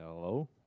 Hello